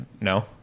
no